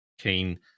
keen